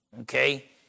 Okay